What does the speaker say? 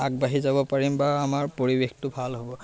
আগবাঢ়ি যাব পাৰিম বা আমাৰ পৰিৱেশটো ভাল হ'ব